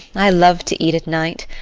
i love to eat at night.